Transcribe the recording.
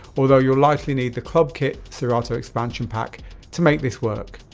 although, you'll likely need the club kit serato expansion pack to make this work.